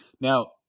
Now